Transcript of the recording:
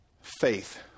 Faith